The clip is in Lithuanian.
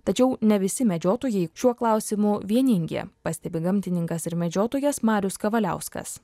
tačiau ne visi medžiotojai šiuo klausimu vieningi pastebi gamtininkas ir medžiotojas marius kavaliauskas